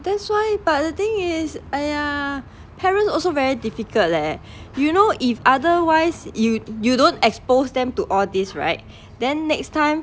that's why but the thing is !aiya! parents also very difficult leh you know if otherwise you you don't expose them to all these right then next time